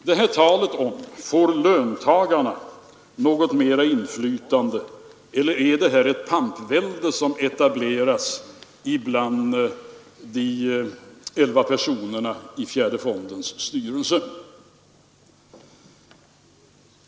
Det har talats om huruvida löntagarna får något större inflytande eller om det är ett pampvälde som etableras mellan de 11 personerna i fjärde fondens styrelse.